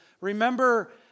remember